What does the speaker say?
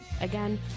Again